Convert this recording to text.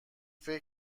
فکر